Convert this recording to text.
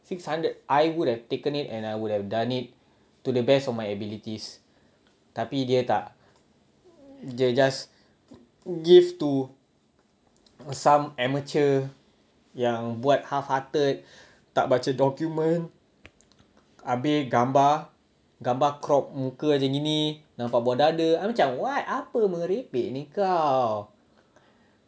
six hundred I would have taken it and I would have done it to the best of my abilities tapi dia tak dia just give to some amateur yang buat half-hearted tak baca document habis gambar gambar crop muka macam ni nampak buah dada I macam what apa merepeknya kau